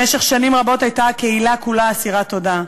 במשך שנים רבות הייתה הקהילה כולה אסירת תודה.